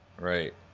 Right